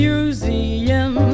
Museum